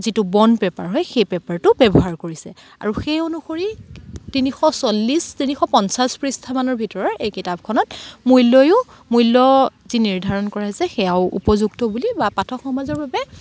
যিটো bond paper হয় সেই পেপাৰটো ব্যৱহাৰ কৰিছে আৰু সেই অনুসৰি তিনিশ চল্লিছ তিনিশ পঞ্চাছ পৃষ্ঠামানৰ ভিতৰৰ এই কিতাপখনত মূল্য়ইও মূল্য যি নিৰ্ধাৰণ কৰা হৈছে সেয়াও উপযুক্ত বুলি বা পাঠক সমাজৰ বাবে